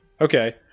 Okay